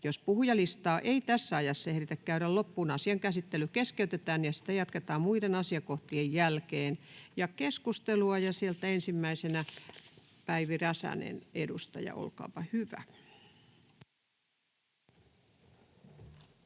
Jos puhujalistaa ei tässä ajassa ehditä käydä loppuun, asian käsittely keskeytetään ja sitä jatketaan muiden asiakohtien jälkeen. — Keskusteluun, ja sieltä ensimmäisenä edustaja Päivi Räsänen, olkaapa hyvä.